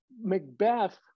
Macbeth